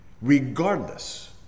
Regardless